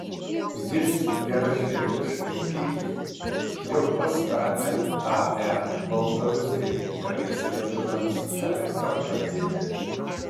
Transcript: jis geraširdiškai tiki jog pastatę ae baltarusiai galės lietuviams elektra padėti